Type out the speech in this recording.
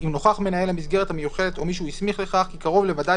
אם נוכח מנהל המסגרת המיוחדת או מי שהוא הסמיך לכך כי קרוב לוודאי